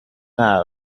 that